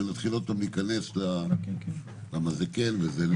ונתחיל עוד פעם להיכנס ללמה זה כן וזה לא,